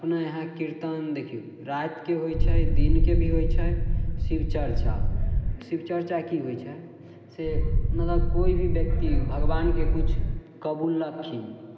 अपने यहाँ कीर्तन रातिके होइ छै दिनके भी होइ छै शिवचर्चा शिवचर्चा की होइ छै मतलब कोइ भी ब्यक्ति भगबानके किछु कबूललखिन